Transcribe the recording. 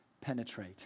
penetrate